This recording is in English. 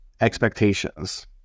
expectations